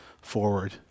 forward